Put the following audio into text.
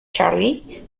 charlie